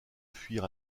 fuir